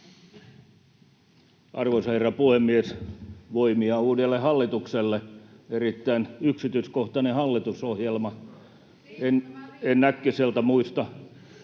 Arvoisa herra puhemies! Voimia uudelle hallitukselle. On erittäin yksityiskohtainen hallitusohjelma — en äkkiseltään muista